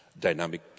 dynamic